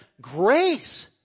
grace